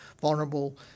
vulnerable